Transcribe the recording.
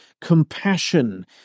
compassion